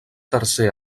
tercer